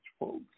Folks